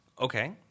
Okay